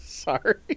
Sorry